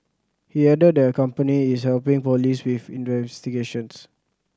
he added their company is helping police with